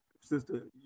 Sister